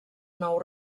nou